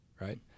right